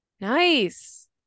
Nice